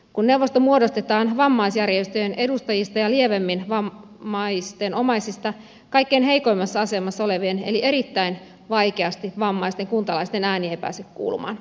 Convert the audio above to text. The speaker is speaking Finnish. kun neuvosto muodostetaan vammaisjärjestöjen edustajista ja lievemmin vammaisten omaisista kaikkein heikoimmassa asemassa olevien eli erittäin vaikeasti vammaisten kuntalaisten ääni ei pääse kuulumaan